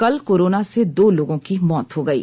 कल कोरोना से दो लोगों की मौत हो गयी